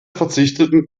verzichteten